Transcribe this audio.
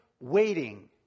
waiting